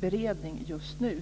beredning just nu.